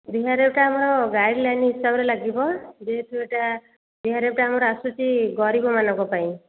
ଡିଆର୍ଏଫ୍ଟା ଆମର ଗାଇଡ଼୍ଲାଇନ୍ ହିସାବରେ ଲାଗିବ ଯେହେତୁ ଏଇଟା ଡି୍ଆର୍ଏଫ୍ଟା ଆମର ଆସୁଛି ଗରିବମାନଙ୍କ ପାଇଁ